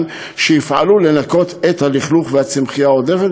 שיפעלו לנקות את הלכלוך והצמחייה העודפת,